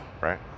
right